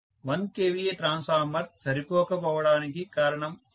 1 kVA transformer సరిపోక పోవడానికి కారణం అదే